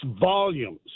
volumes